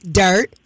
dirt